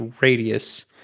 radius